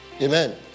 Amen